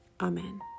Amen